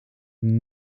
een